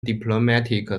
diplomatic